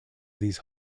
these